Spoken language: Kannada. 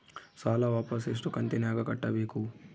ಸಾಲ ವಾಪಸ್ ಎಷ್ಟು ಕಂತಿನ್ಯಾಗ ಕಟ್ಟಬೇಕು?